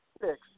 six